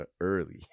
early